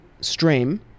stream